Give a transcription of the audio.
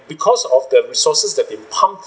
because of the resources that they pumped